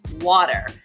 water